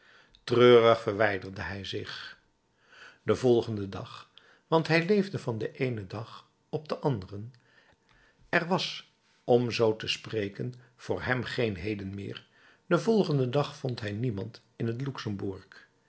treurig verwijderde hij zich den volgenden dag want hij leefde van den eenen dag op den anderen er was om zoo te spreken voor hem geen heden meer den volgenden dag vond hij niemand in het luxemburg